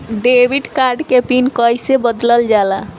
Debit card के PIN कईसे बदलल जाला?